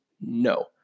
No